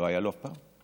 לא היה לו אף פעם.